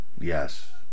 Yes